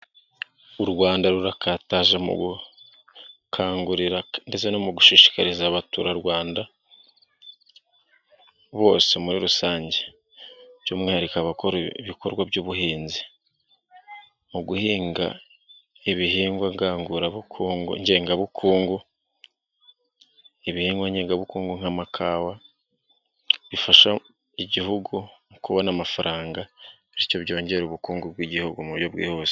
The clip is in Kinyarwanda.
U Rwanda rurakataje mu gukangurira ndetse no mu gushishikariza Abaturarwanda bose muri rusange by'umwihariko abakora ibikorwa by'ubuhinzi, mu guhinga ibihingwa ngengabukungu, ngengabukungu, ibihingwa nyegabukungu nk'amakawa, bifasha igihugu mu kubona amafaranga bityo byongera ubukungu bw'igihugu mu buryo bwihuse.